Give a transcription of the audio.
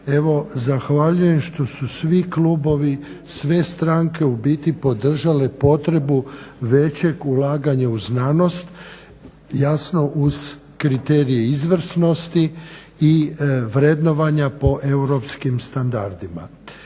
zahvaljujem što su svi klubovi, sve stranke u biti podržale potrebu većeg ulaganja u znanost, jasno uz kriterije izvršnosti i vrednovanja po europskim standardima.